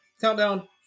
Countdown